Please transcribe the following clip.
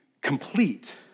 complete